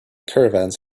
caravans